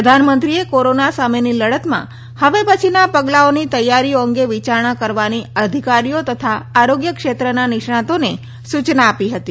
પ્રધાનમંત્રીએ તેમણે કોરોના સામેની લડતમાં હવે પછીના પગલાંઓની તૈયારીઓ અંગે વિયારણા કરવાની અધિકારીઓ તથા આરોગ્ય ક્ષેત્રના નિષ્ણાંતોને સૂચના આપી હતી